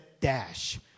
dash